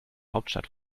hauptstadt